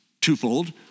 twofold